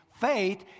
faith